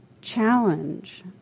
challenge